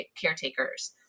caretakers